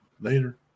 later